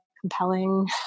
compelling